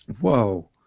Whoa